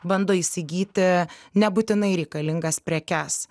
bando įsigyti nebūtinai reikalingas prekes